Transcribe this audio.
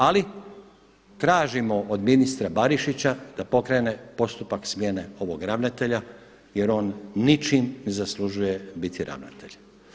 Ali tražimo od ministra Barišića da pokrene postupak smjene ovog ravnatelja, jer on ničim ne zaslužuje biti ravnatelj.